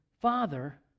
Father